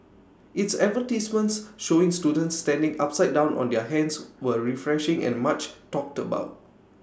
its advertisements showing students standing upside down on their hands were refreshing and much talked about